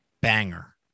banger